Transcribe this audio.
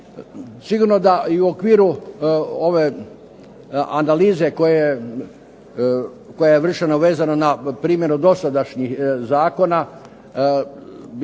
Sigurno da i u okviru ove analize koja je vršena vezano na primjenu dosadašnjih zakona bih htio